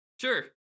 Sure